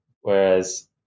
Whereas